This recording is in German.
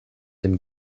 dem